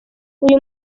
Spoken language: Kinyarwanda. uyu